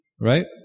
right